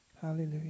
Hallelujah